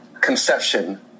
conception